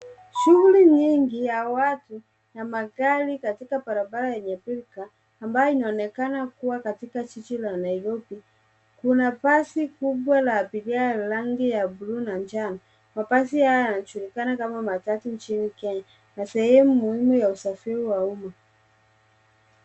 Shughuli nyingi ya watu na magari katika barabara yenye pilka, ambayo inaonekana kuwa katika jiji la Nairobi. Kuna basi kubwa la abiria la rangi ya bluu na njano, mabasi haya yanajulika kama matatu nchini Kenya, na sehemu muhimu ya usafiri wa umma.